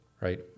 right